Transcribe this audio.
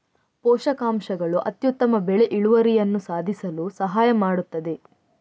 ಪೋಷಕಾಂಶಗಳು ಅತ್ಯುತ್ತಮ ಬೆಳೆ ಇಳುವರಿಯನ್ನು ಸಾಧಿಸಲು ಸಹಾಯ ಮಾಡುತ್ತದೆ